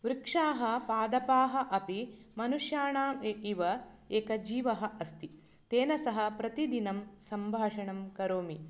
वृक्षाः पादपाः अपि मनुष्याणाम् इव एक जीवः अस्ति तेन सः प्रतिदिनं सम्भाषणं करोमि